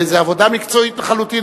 זאת עבודה מקצועית לחלוטין,